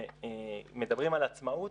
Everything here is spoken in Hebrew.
כשמדברים על עצמאות,